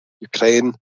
Ukraine